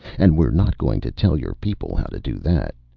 and we're not going to tell your people how to do that.